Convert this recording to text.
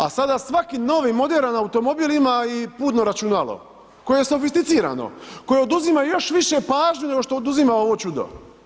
A sada svaki novi moderan automobil ima i putno računalo koje je sofisticirano, koje oduzima još više pažnje nego što oduzima ovo čudo.